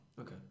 Okay